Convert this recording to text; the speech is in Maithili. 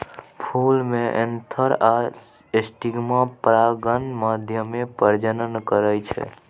फुल मे एन्थर आ स्टिगमा परागण माध्यमे प्रजनन करय छै